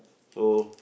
so